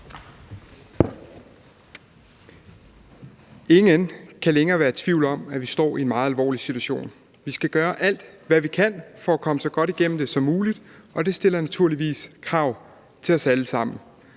Ingen kan længere være i tvivl om, at vi står i en meget alvorlig situation. Vi skal gøre alt, hvad vi kan, for at komme så godt igennem det som muligt, og det stiller naturligvis krav til os alle sammen